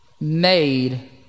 Made